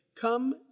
Come